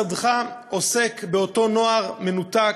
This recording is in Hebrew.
כיצד משרדך עוסק באותו נוער מנותק,